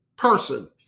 person